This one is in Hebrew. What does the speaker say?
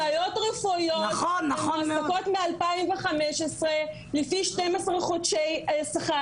סייעות רפואיות מועסקות מ- 2015 לפי שניים עשר חודשי שכר.